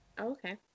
okay